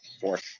fourth